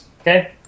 Okay